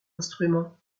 instruments